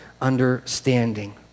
understanding